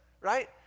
right